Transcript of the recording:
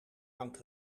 hangt